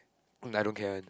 mm I don't care one